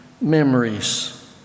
memories